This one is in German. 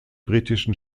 britischen